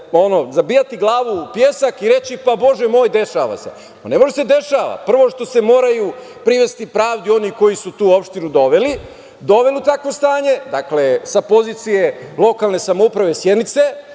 može zabijati glavu u pesak i reći – pa bože moj, dešava se. To ne može da se dešava. Prvo što se moraju privesti pravdi oni koji su tu opštinu doveli u takvo stanje, dakle, sa pozicije lokalne samouprave Sjenice,